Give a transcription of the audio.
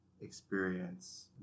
experience